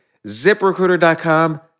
ZipRecruiter.com